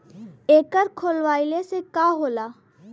एकर खोलवाइले से का होला?